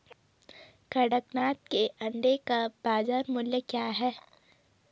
कड़कनाथ के अंडे का बाज़ार मूल्य क्या है?